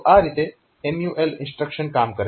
તો આ રીતે MUL ઇન્સ્ટ્રક્શન કામ કરે છે